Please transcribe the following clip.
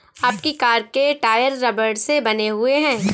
आपकी कार के टायर रबड़ से बने हुए हैं